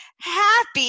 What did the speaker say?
happy